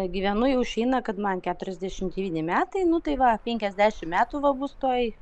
gyvenu jau išeina kad man keturiasdešimt devyni metai nu tai va penkiasdešimt metų va bus tuoj